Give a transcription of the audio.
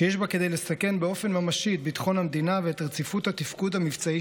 שיש בה כדי לסכן באופן ממשי את ביטחון המדינה ואת רציפות התפקוד המבצעי